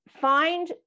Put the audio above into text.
find